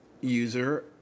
user